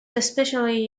especially